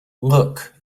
look